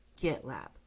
GitLab